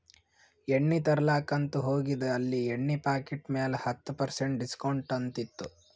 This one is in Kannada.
ಎಣ್ಣಿ ತರ್ಲಾಕ್ ಅಂತ್ ಹೋಗಿದ ಅಲ್ಲಿ ಎಣ್ಣಿ ಪಾಕಿಟ್ ಮ್ಯಾಲ ಹತ್ತ್ ಪರ್ಸೆಂಟ್ ಡಿಸ್ಕೌಂಟ್ ಅಂತ್ ಇತ್ತು